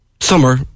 Summer